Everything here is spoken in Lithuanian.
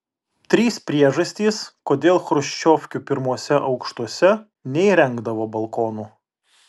trys priežastys kodėl chruščiovkių pirmuose aukštuose neįrengdavo balkonų